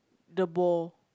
the ball